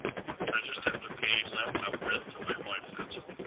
sure. i just have to pay laptop rent to my wife, that's all.